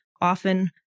often